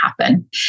happen